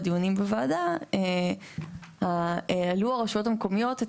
בדיונים בוועדה העלו הרשויות המקומיות את